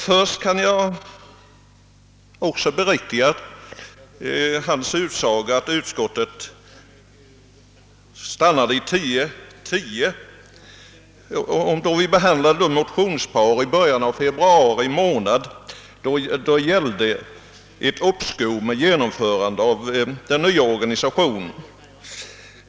Först kan jag beriktiga hans utsago att utskottet stannade vid 10—10 då vi behandlade ett motionspar i början av februari månad om uppskov med genomförandet av den nya organisationen.